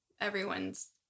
Everyone's